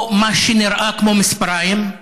או מה שנראה כמו מספריים,